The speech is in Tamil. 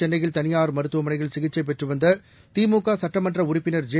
சென்னையில் தனியார் மருத்துவமனையில் தொற்றுக்கு சிகிச்சைபெற்றுவந்ததிமுகசட்டமன்றஉறுப்பினர் ஜெ